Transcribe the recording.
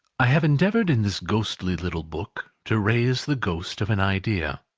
i have endeavoured in this ghostly little book, to raise the ghost of an idea,